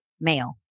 male